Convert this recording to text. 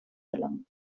gelangen